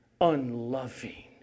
unloving